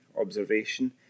observation